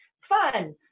Fun